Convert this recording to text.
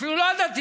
אפילו לא הדתיים,